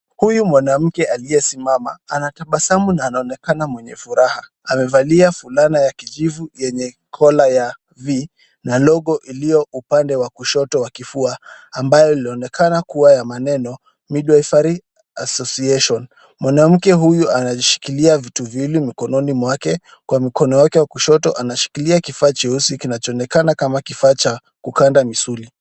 Huyu mwanamke aliyesimama anatabasamu na anaonekana mwenye furaha. Amevalia fulana ya kijivu yenge kola ya V na logo iliyo upande wa kushoto wa kifua ambayo ilionekana kuwa ya maneno mid wivery association. Mwanamke huyu anajishikilia vitu viwili mkononi mwake. Kwa mkono wake kushoto anashikilia kifaa cheusi kinachoonekana kama kifaa cha kukanda misuli.